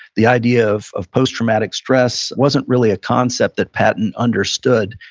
the idea of of post-traumatic stress wasn't really a concept that patton understood,